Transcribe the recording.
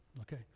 okay